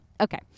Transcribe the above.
Okay